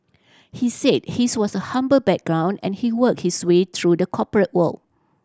he said his was a humble background and he work his way through the corporate world